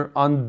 on